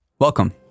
Welcome